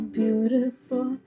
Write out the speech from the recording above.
beautiful